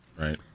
Right